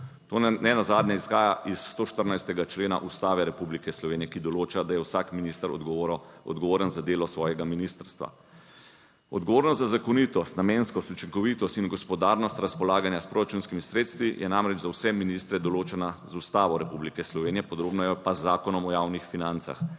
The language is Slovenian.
To nenazadnje izhaja iz 114. člena Ustave Republike Slovenije, ki določa, da je vsak minister odgovoren, odgovoren za delo svojega ministrstva. Odgovornost za zakonitost, namenskost, učinkovitost in gospodarnost razpolaganja s proračunskimi sredstvi je namreč za vse ministre določena z Ustavo Republike Slovenije, podrobneje pa z Zakonom o javnih financah